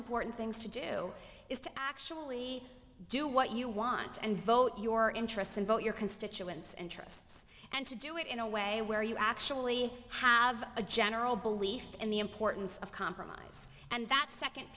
important things to do is to actually do what you want and vote your interests and vote your constituents interests and to do it in a way where you actually have a general belief in the importance of compromise and that second